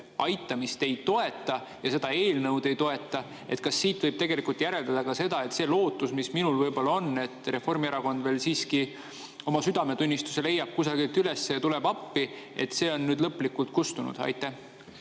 aitamist ei toeta ja seda eelnõu ei toeta. Kas siit võib järeldada ka seda, et see lootus, mis minul võib‑olla on, et Reformierakond veel siiski oma südametunnistuse leiab kusagilt üles ja tuleb appi, on nüüd lõplikult kustunud? Aitäh!